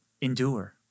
endure